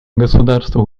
государства